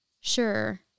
sure